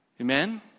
Amen